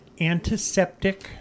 antiseptic